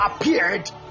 appeared